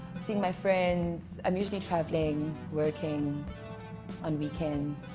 seeing my friends i'm usually traveling working on weekends